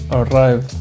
arrive